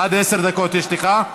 עד עשר דקות יש לך.